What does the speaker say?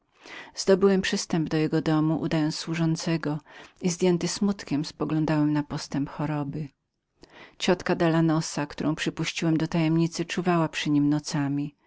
wszedłem do jego domu przebrany za służącego i zdjęty smutkiem poglądałem na postęp choroby moja ciotka dalanosa którą przypuściłem do tajemnicy czuwała przy nim